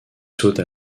saute